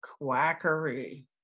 quackery